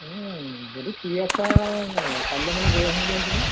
এই যদি ফ্রী আছা কালিলৈ মানে গৈ আহিম বুলি ভাবিছিলো